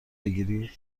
بگیری